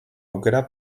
aukera